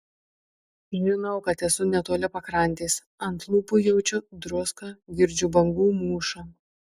žinau kad esu netoli pakrantės ant lūpų jaučiu druską girdžiu bangų mūšą